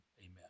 Amen